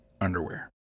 underwear